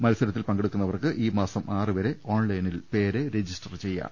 മത്സരത്തിൽ പങ്കെടുക്കുന്നവർക്ക് ഈ മാസം ആറു വരെ ഓൺലൈ നിൽ പേര് രജിസ്റ്റർ ചെയ്യാം